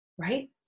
right